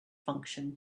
function